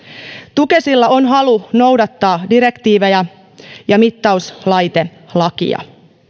tukesilla on halu noudattaa direktiivejä ja mittauslaitelakia